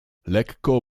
lekko